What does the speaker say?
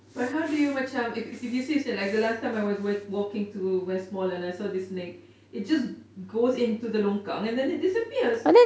but how do you macam if if you say like the last time I walking to westmall then I saw this snake it just goes into the longkang then it just disappears